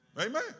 Amen